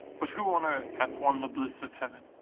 but who, on earth, hath won the bliss of heaven,